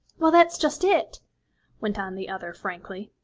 well, that's just it went on the other frankly.